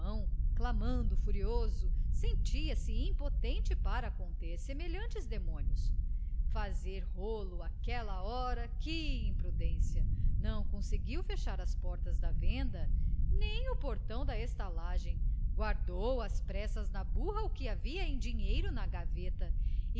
clamando furioso sentia-se impotente para conter semelhantes demônios fazer rolo aquela hora que imprudência não conseguiu fechar as portas da venda nem o portão da estalagem guardou às pressas na barra o que havia em dinheiro na gaveta